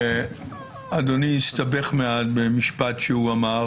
אדוני הסתבך מעט במשפט שאמר